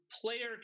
player